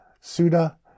Suda